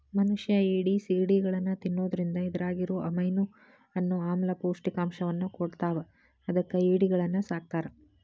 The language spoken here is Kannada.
ಮನಷ್ಯಾ ಏಡಿ, ಸಿಗಡಿಗಳನ್ನ ತಿನ್ನೋದ್ರಿಂದ ಇದ್ರಾಗಿರೋ ಅಮೈನೋ ಅನ್ನೋ ಆಮ್ಲ ಪೌಷ್ಟಿಕಾಂಶವನ್ನ ಕೊಡ್ತಾವ ಅದಕ್ಕ ಏಡಿಗಳನ್ನ ಸಾಕ್ತಾರ